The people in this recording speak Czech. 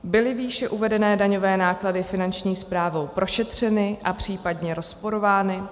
Byly výše uvedené daňové náklady Finanční správnou prošetřeny a případně rozporovány?